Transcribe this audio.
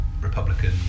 republican